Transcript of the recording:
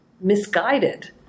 misguided